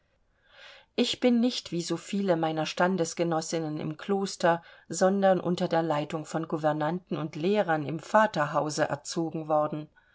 ich bin nicht wie so viele meiner standesgenossinnen im kloster sondern unter der leitung von gouvernanten und lehrern im vaterhause erzogen worden